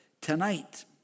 tonight